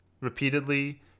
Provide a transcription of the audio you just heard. repeatedly